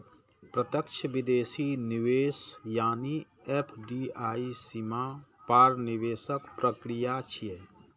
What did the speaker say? प्रत्यक्ष विदेशी निवेश यानी एफ.डी.आई सीमा पार निवेशक प्रक्रिया छियै